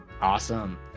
Awesome